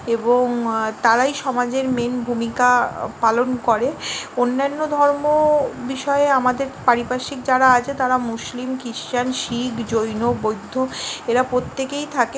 এবং তারাই সমাজের মেন ভূমিকা পালন করে অন্যান্য ধর্ম বিষয়ে আমাদের পারিপার্শ্বিক যারা আছে তারা মুসলিম খ্রিশ্চান শিখ জৈন বৌদ্ধ এরা প্রত্যেকেই থাকে